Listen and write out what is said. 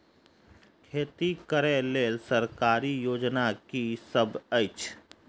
खेती करै लेल सरकारी योजना की सब अछि?